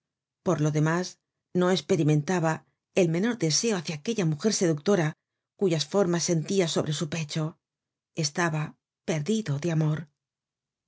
por lo demás no esper mentaba el menor deseo hácia aquella mujer seductora cuyas formas sentia sobre su pecho estaba perdido de amor